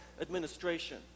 administration